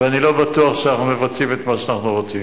ואני לא בטוח שאנחנו מבצעים את מה שאנחנו רוצים.